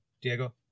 Diego